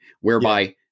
whereby